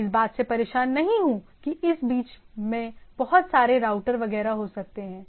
मैं इस बात से परेशान नहीं हूं कि इस बीच में बहुत सारे राउटर वगैरह हो सकते हैं